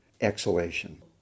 exhalation